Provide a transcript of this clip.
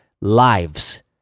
lives